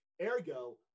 Ergo